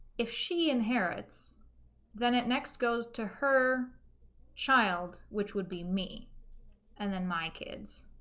if she inherits then it next goes to her child which would be me and then my kids